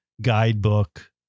guidebook